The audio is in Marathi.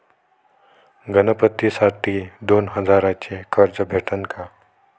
गणपतीसाठी दोन हजाराचे कर्ज भेटन का?